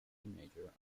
teenager